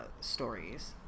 stories